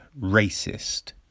racist